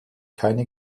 keine